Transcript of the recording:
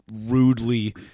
rudely